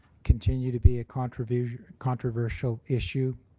continue to be a controversial controversial issue